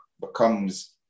becomes